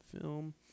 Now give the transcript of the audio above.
film